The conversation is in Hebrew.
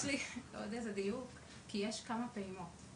יש לי עוד דיוק כי יש כמה פעימות.